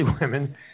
women